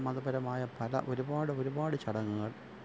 മതപരമായ പല ഒരുപാട് ഒരുപാട് ചടങ്ങുകള്